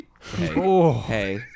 Hey